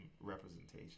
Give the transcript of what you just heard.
representation